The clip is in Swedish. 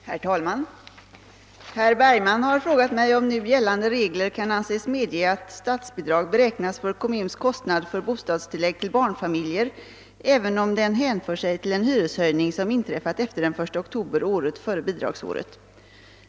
Herr talman! Herr Bergman har frågat mig om nu gällande regler kan anses medge att statsbidrag beräknas för kommuns kostnad för bostadstillägg till barnfamiljer även om den hänför sig till en hyreshöjning som inträffat efter den 1 oktober året före bidragsåret.